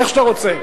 איך שאתה רוצה.